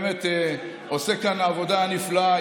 באמת עושה כאן עבודה נפלאה.